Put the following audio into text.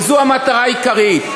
וזו המטרה העיקרית.